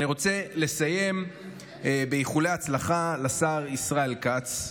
אני רוצה לסיים באיחולי הצלחה לשר ישראל כץ.